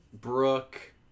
Brooke